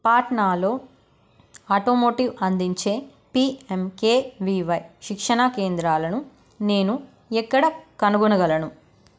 పాట్నాలో automotive అందించే PMKVY శిక్షణా కేంద్రాలను నేను ఎక్కడ కనుగొనగలను